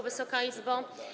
Wysoka Izbo!